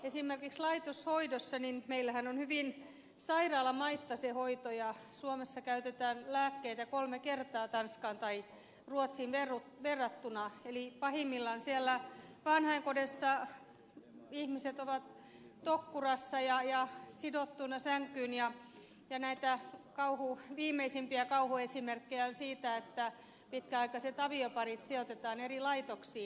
esimerkiksi laitoshoidossa meillähän on hyvin sairaalamaista se hoito ja suomessa käytetään lääkkeitä kolme kertaa tanskaan tai ruotsiin verrattuna eli pahimmillaan vanhainkodeissa ihmiset ovat tokkurassa ja sidottuina sänkyyn ja näitä viimeisimpiä kauhuesimerkkejä on siitä että pitkäaikaiset avioparit sijoitetaan eri laitoksiin